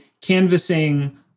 canvassing